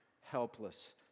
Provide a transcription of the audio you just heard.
helpless